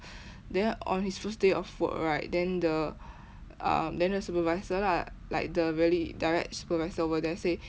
then on his first day of work right then the uh then the supervisor lah like the really direct supervisor over there say